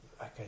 okay